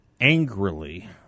angrily